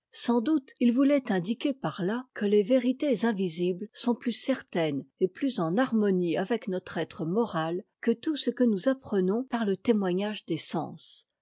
sans doute il voulait indiquer par là que les vérités invisibles sont plus certaines et plus en harmonie avec notre être moral que tout ce que nous apprenons par le témoignage